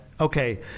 okay